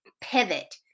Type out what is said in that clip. pivot